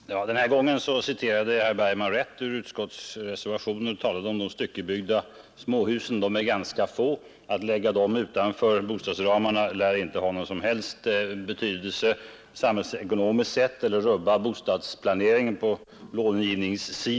Herr talman! Den här gången citerade herr Bergman rätt ur utskottsreservationen och talade om de styckebyggda småhusen. De är ganska få. Att lägga dem utanför bostadsramarna lär inte ha någon som helst samhällsekonomisk betydelse. Inte heller rubbar det bostadsplaneringen.